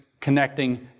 connecting